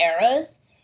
eras